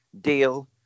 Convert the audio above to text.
deal